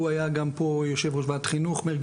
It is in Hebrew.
חופש אקדמי שהזכירה הגב'